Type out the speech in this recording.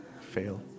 Fail